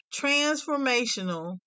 transformational